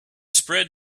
spread